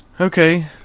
Okay